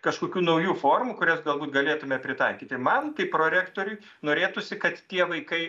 kažkokių naujų formų kurias galbūt galėtume pritaikyti man kaip prorektoriui norėtųsi kad tie vaikai